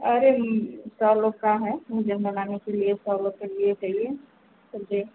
अरे चार लोग का है मुझे बनाने के लिए चार लोग के लिए चाहिए सब्ज़ी